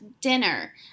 dinner